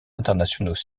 internationaux